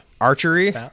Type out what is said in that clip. Archery